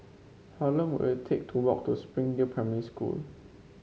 how long will it take to walk to Springdale Primary School